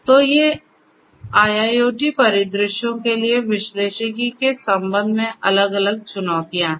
तो ये IIoT परिदृश्यों के लिए विश्लेषिकी के संबंध में अलग अलग चुनौतियाँ हैं